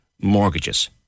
mortgages